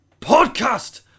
podcast